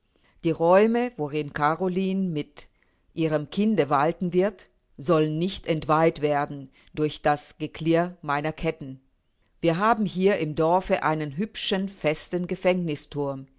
die räume worin caroline mit ihrem kinde walten wird sollten nicht entweiht werden durch das geklirr meiner ketten wir haben hier im dorfe einen hübschen festen